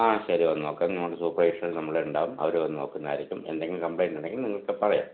ആ ശെരി വന്ന് നോക്കാം നമ്മൾക്ക് സൂപ്പർവൈസർ നമ്മളും ഒണ്ടാവും അവർ വന്ന് നോക്കുന്നതായിരിക്കും എന്തെങ്കിലും കമ്പ്ലൈന്റ് ഉണ്ടെങ്കിൽ നിങ്ങൾക്ക് പറയാം